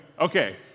Okay